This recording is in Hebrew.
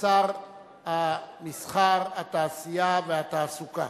שר המסחר, התעשייה והתעסוקה